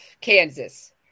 Kansas